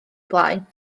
blaen